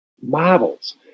models